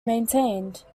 maintained